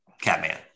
Catman